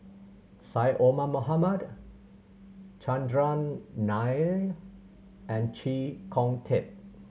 Syed Omar Mohamed Chandran Nair and Chee Kong Tet